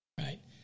right